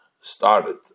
started